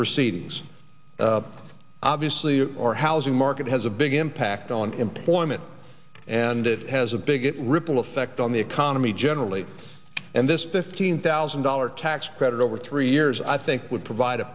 proceedings obviously our housing market has a big impact on employment and it has a big ripple effect on the economy generally and this fifteen thousand dollars tax credit over three years i think would provide a